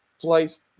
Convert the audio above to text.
place